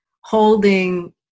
holding